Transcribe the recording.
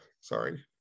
sorry